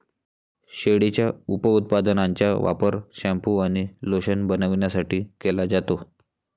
शेळीच्या उपउत्पादनांचा वापर शॅम्पू आणि लोशन बनवण्यासाठी केला जातो